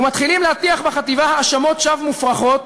ומתחילים להטיח בחטיבה האשמות שווא מופרכות